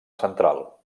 central